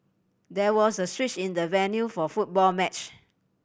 there was a switch in the venue for a football match